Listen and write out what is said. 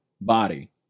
body